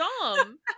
dumb